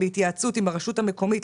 בהתייעצות עם הרשות המקומית,